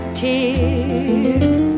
tears